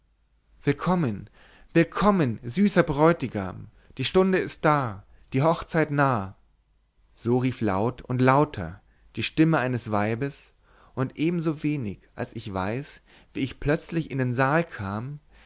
willkommen willkommen süßer bräutigam die stunde ist da die hochzeit nah so rief laut und lauter die stimme eines weibes und ebensowenig als ich weiß wie ich plötzlich in den saal kam